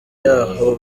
y’aho